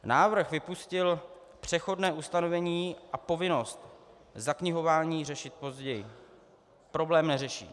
Návrh vypustil přechodné ustanovení a povinnost zaknihování řešit později problém neřeší.